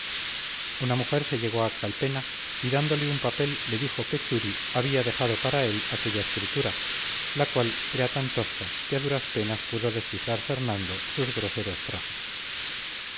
una mujer se llegó a calpena y dándole un papel le dijo que churi había dejado para él aquella escritura la cual era tan tosca que a duras penas pudo descifrar fernando sus groseros trazos